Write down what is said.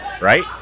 right